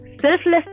selfless